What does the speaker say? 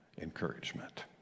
encouragement